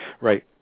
Right